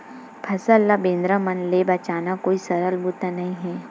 फसल ल बेंदरा मन ले बचाना कोई सरल बूता नइ हे